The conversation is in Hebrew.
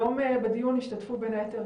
היום בדיון ישתתפו בין היתר,